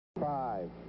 Five